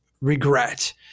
regret